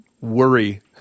worry